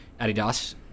Adidas